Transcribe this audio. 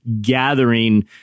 gathering